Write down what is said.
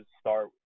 start